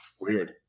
Weird